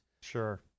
Sure